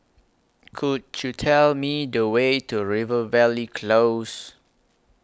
Could YOU Tell Me The Way to Rivervale Close